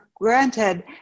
granted